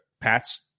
Pat's